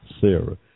Sarah